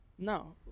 No